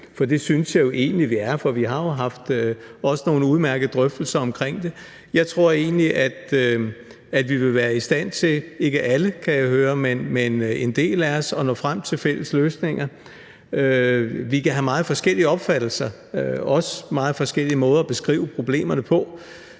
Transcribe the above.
Det synes jeg egentlig at vi er, for vi har jo haft nogle også udmærkede drøftelser om det. Jeg tror egentlig, at vi vil være i stand til – jeg kan høre, at det ikke er alle, men en del af os – at nå frem til fælles løsninger. Vi kan have meget forskellige opfattelser af det og også meget forskellige måder at beskrive problemerne på.